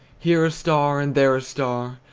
here a star, and there a star,